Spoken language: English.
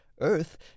earth